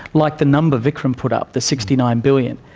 like the number vikram put up, the sixty nine billion,